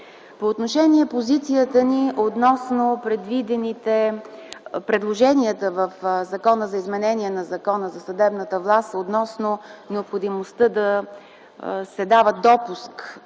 По отношение позицията ни за предвидените предложения за изменения в Закона за съдебната власт относно необходимостта да се дава допуск